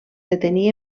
detenir